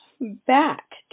back